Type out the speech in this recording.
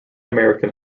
american